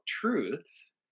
truths